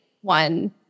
one